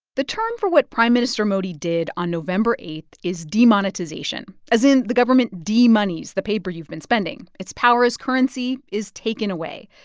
the term for what prime minister modi did on november eight is demonetization, as in the government de-monies the paper you've been spending. its power as currency is taken away.